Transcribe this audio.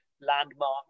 landmark